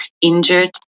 injured